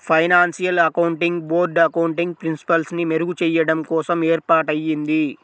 financial accounting board accounting ప్రిన్సిపల్స్ని మెరుగుచెయ్యడం కోసం ఏర్పాటయ్యింది